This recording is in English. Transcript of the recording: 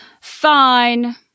Fine